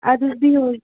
اَدٕ حظ بیٚہو حظ